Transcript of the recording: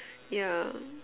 yeah